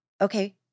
okay